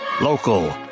local